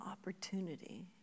opportunity